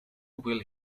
will